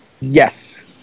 yes